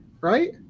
right